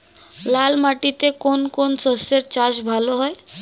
লাল মাটিতে কোন কোন শস্যের চাষ ভালো হয়?